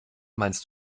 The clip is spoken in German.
meinst